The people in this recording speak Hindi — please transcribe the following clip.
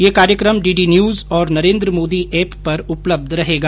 यह कार्यक्रम डीडी न्यूज और नरेन्द्र मोदी ऐप पर उपलब्ध रहेगा